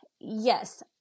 yes